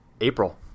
April